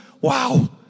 Wow